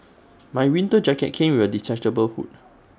my winter jacket came with A detachable hood